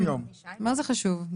מה זה חשוב?